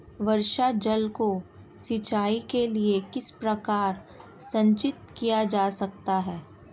वर्षा जल को सिंचाई के लिए किस प्रकार संचित किया जा सकता है?